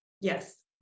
Yes